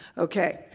okay.